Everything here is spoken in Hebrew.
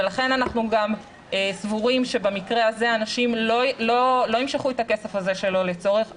ולכן אנחנו גם סבורים שבמקרה הזה אנשים לא ימשכו את הכסף הזה שלא לצורך.